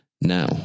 now